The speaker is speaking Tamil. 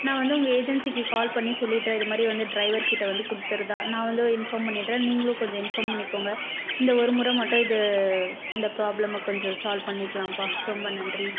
நான் வந்து உங்கள் ஏஜென்சிக்கு கால் பண்ணி சொல்லிடுறேன் இதுமாதிரி வந்து டிரைவர்க்கிட்டே வந்து கொடுத்துட்றதா நான் வந்து இன்ஃபார்ம் பண்ணிடுறேன் நீங்களும் கொஞ்சம் இன்ஃபார்ம் பண்ணிக்கோங்க இந்த ஒரு முறை மட்டும் இது இந்த ப்ராப்ளம் கொஞ்சம் சால்வ் பண்ணிக்கலாம்ப்பா ரொம்ப நன்றி